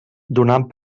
donant